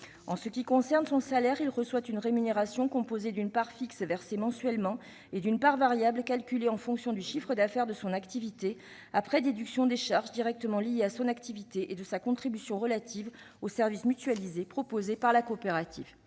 En ce qui concerne son salaire, il reçoit une rémunération composée d'une part fixe versée mensuellement et d'une part variable calculée en fonction du chiffre d'affaires de son activité, après déduction des charges directement liées à celle-ci et de sa contribution relative aux services mutualisés proposés par la coopérative.